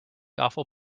awful